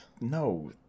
no